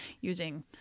using